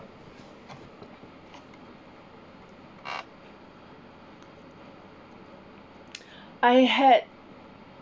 I had